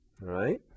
right